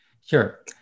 Sure